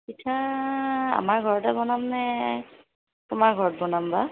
পিঠা আমাৰ ঘৰতে বনাম নে তোমাৰ ঘৰত বনাম বা